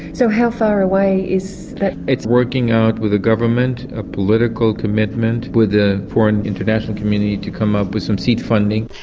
so how far away is that? it's working out with the government a political commitment with the foreign international community to come up with some seed funding.